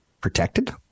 protected